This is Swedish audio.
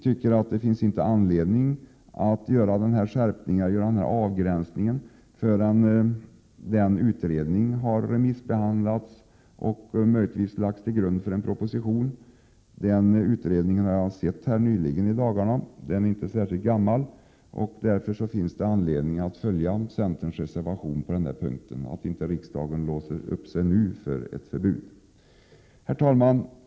Det finns inte någon anledning att göra denna begränsning förrän utredningens förslag har remissbehandlats och möjligtvis också lagts till grund för en proposition. Jag har nyligen sett utredningens förslag. Det är ganska nytt, och därför bör riksdagen följa centerns förslag att inte binda sig för ett förbud vid denna tidpunkt. Herr talman!